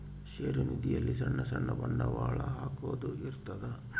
ಷೇರು ನಿಧಿ ಅಲ್ಲಿ ಸಣ್ ಸಣ್ ಬಂಡವಾಳ ಹಾಕೊದ್ ಇರ್ತದ